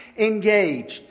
engaged